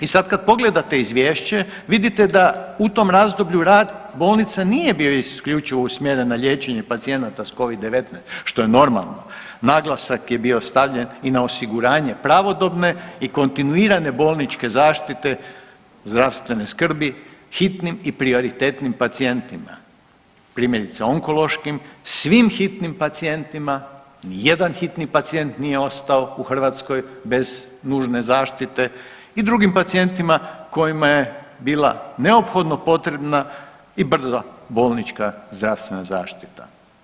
I sad kad pogledate izvješće vidite da u tom razdoblju rad bolnica nije bio isključivo usmjeren na liječenje pacijenata s covid-19 što je normalno, naglasak je bio stavljen i na osiguranje pravodobne i kontinuirane bolničke zaštite zdravstvene skrbi hitnim i prioritetnim pacijentima, primjerice onkološkim, svim hitnim pacijentima, nijedan hitni pacijent nije ostao u Hrvatskoj bez nužne zaštite i drugim pacijentima kojima je bila neophodno potrebna i brza bolnička zdravstvena zaštita.